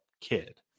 kid